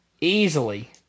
easily